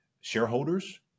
shareholders